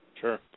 Sure